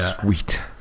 Sweet